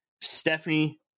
Stephanie